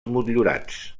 motllurats